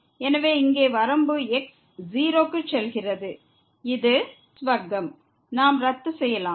எனவே இங்கே வரம்பு x 0 க்கு செல்கிறது இந்த x வர்கத்தை நாம் ரத்து செய்யலாம்